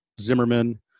Zimmerman